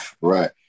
right